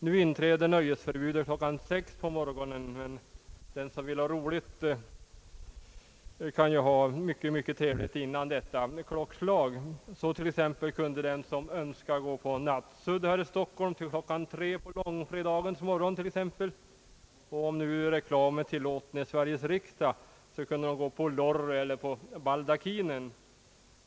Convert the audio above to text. på morgonen, men den som vill kan ju ha mycket roligt före detta klockslag. Så t.ex. kunde den som så önskade gå på nattklubb här i Stockholm till klockan 3 på långfredagens morgon, exempelvis — om nu reklam är tillåten i Sveriges riksdag — på Lorry eller på Baldakinen.